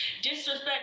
disrespect